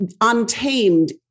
Untamed